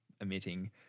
emitting